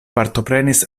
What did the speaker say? partoprenis